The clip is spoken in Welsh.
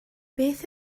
beth